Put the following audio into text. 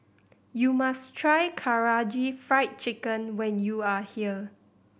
you must try Karaage Fried Chicken when you are here